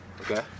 Okay